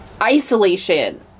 isolation